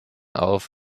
auf